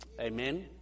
Amen